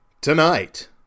Tonight